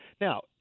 Now